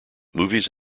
movies